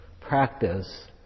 practice